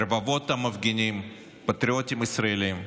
רבבות המפגינים, פטריוטים ישראלים,